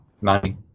money